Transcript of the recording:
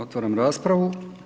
Otvaram raspravu.